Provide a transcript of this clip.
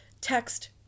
text